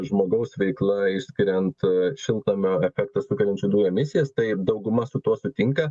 žmogaus veikla išskiriant šiltnamio efektą sukeliančių dujų emisijas taip dauguma su tuo sutinka